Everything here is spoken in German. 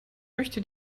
möchte